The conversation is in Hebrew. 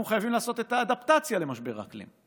אנחנו חייבים לעשות את האדפטציה למשבר האקלים.